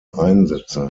einsätze